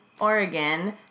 Oregon